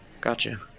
Gotcha